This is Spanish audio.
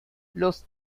los